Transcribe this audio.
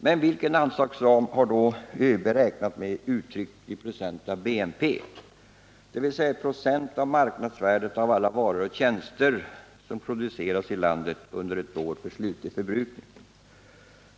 Men vilken anslagsram har ÖB då räknat med uttryckt i procent av BNP, dvs. i procent av marknadsvärdet av alla varor och tjänster som produceras i landet under ett år för slutlig förbrukning?